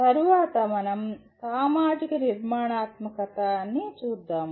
ఆపై మనం "సామాజిక నిర్మాణాత్మకత" ని చూద్దాము